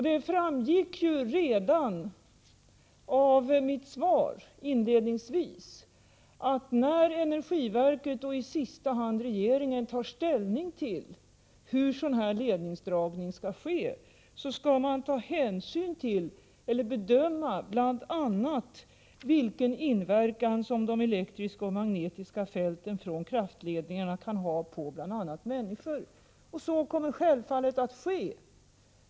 Det framgick ju redan av mitt svar inledningsvis, att när energiverket och i sista hand regeringen tar ställning till hur sådan här ledningsdragning skall ske, så skall man bedöma bl.a. vilken inverkan som de elektriska och magnetiska fälten från kraftledningar kan ha t.ex. på människor. Och så kommer självfallet att ske.